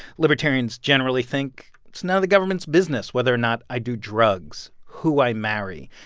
libertarians generally think it's none of the government's business whether or not i do drugs, who i marry,